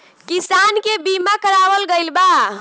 किसान के बीमा करावल गईल बा